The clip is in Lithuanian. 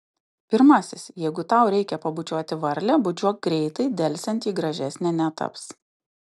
pirmasis jeigu tau reikia pabučiuoti varlę bučiuok greitai delsiant ji gražesnė netaps